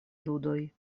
ludoj